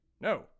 No